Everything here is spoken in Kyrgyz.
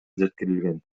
жеткирилген